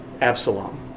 Absalom